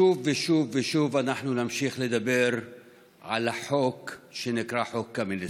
שוב ושוב ושוב אנחנו נמשיך לדבר על החוק שנקרא חוק קמיניץ,